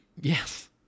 Yes